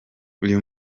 uyu